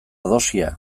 dosia